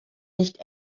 nicht